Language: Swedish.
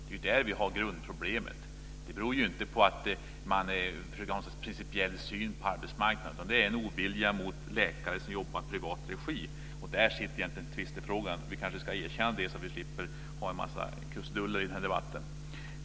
Det är där vi har grundproblemet. Det beror inte på någon sorts principiell syn på arbetsmarknaden, utan det är en ovilja mot läkare som jobbar i privat regi. Där sitter tvistefrågan. Vi kanske ska erkänna det så att vi slipper ha en massa krusiduller i en här debatten.